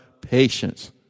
patience